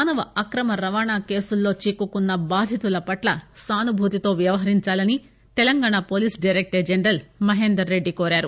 మానవ అక్రమ రవాణా కేసు లలో చిక్కుకున్న బాధితుల పట్ల సానుభూతి తో వ్యవహరించాలని Telangana police director general Mahender Reddy కోరారు